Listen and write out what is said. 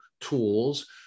tools